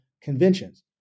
Conventions